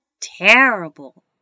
terrible